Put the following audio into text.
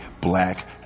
black